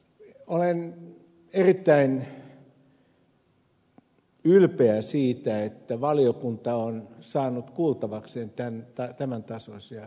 olen erittäin ylpeä siitä että valiokunta on saanut kuultavakseen tämän tasoisia asiantuntijoita